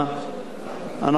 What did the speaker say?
אנחנו חייבים לדחות.